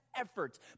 efforts